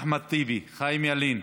אחמד טיבי, חיים ילין,